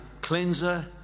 cleanser